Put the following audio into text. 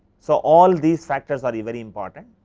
so, all these factors are very important,